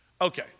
Okay